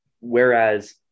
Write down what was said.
whereas